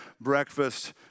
breakfast